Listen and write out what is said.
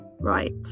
Right